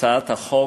הצעת חוק